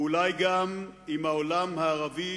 ואולי גם עם העולם הערבי